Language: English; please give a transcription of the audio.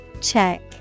Check